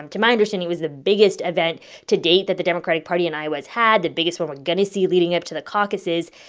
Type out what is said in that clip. um to my understanding, it was the biggest event to date that the democratic party in iowa has had, the biggest one we're going to see leading up to the caucuses.